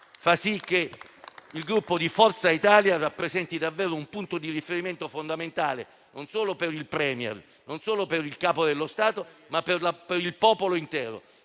fa sì che il Gruppo Forza Italia rappresenti davvero un punto di riferimento fondamentale non solo per il *Premier* e per il Capo dello Stato, ma per il popolo intero.